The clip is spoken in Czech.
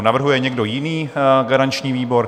Navrhuje někdo jiný garanční výbor?